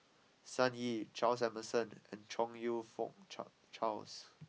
Sun Yee Charles Emmerson and Chong you Fook char Charles